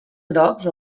grocs